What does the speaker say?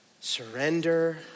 Surrender